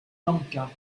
lanka